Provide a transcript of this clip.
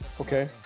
Okay